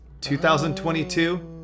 2022